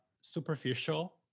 superficial